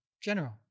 general